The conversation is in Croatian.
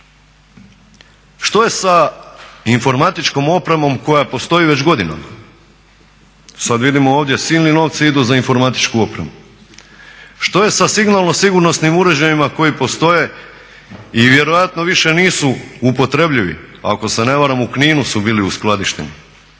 Što je sa informatičkom opremom koja postoji već godinama? Sad vidimo ovdje silni novci idu za informatičku opremu. Što je signalno sigurnosnim uređajima koji postoje i vjerojatno više nisu upotrebljivi, ako se ne varam u Kninu su bili uskladišteni?